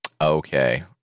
Okay